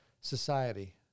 Society